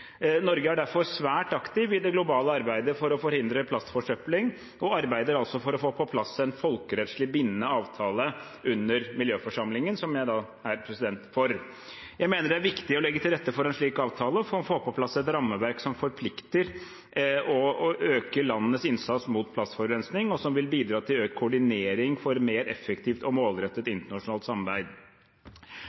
Norge er derfor svært aktiv i det globale arbeidet for å forhindre plastforsøpling og arbeider altså for å få på plass en folkerettslig bindende avtale under Miljøforsamlingen, som jeg er president for. Jeg mener det er viktig å legge til rette for en slik avtale for å få på plass et rammeverk som forplikter å øke landenes innsats mot plastforurensning, noe som vil bidra til økt koordinering for mer effektivt og målrettet internasjonalt samarbeid.